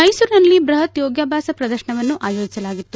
ಮೈಸೂರಿನಲ್ಲಿ ಬ್ಬಹತ್ ಯೋಗಾಭ್ವಾಸ ಪ್ರದರ್ಶನವನ್ನು ಆಯೋಜಿಸಲಾಗಿತ್ತು